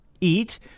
Eat